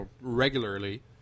regularly